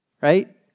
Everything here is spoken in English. right